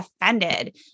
offended